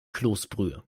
kloßbrühe